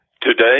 Today